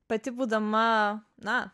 pati būdama na